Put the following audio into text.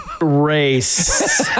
Race